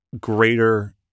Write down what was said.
greater